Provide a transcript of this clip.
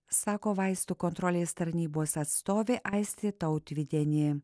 sako vaistų kontrolės tarnybos atstovė aistė tautvydienė